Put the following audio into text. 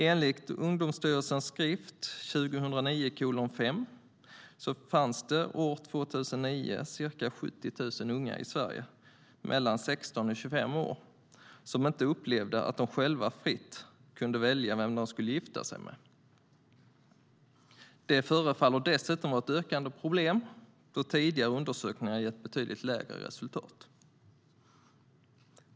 Enligt Ungdomsstyrelsens skrift 2009:5 fanns det 2009 ca 70 000 unga i Sverige mellan 16 och 25 år som inte upplevde att de själva fritt kunde välja vem de skulle gifta sig med. Det förefaller dessutom vara ett ökande problem, då tidigare undersökningar gett betydligt lägre resultat.